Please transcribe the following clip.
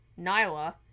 Nyla